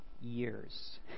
years